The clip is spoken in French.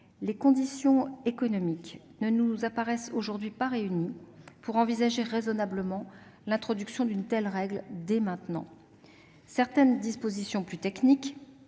les conditions économiques ne nous semblent pas réunies pour envisager raisonnablement l'introduction d'une telle règle dès maintenant. Certaines dispositions, plus techniques,